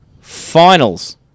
finals